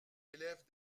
élèvent